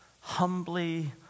humbly